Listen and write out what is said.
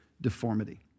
deformity